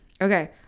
Okay